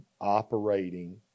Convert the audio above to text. operating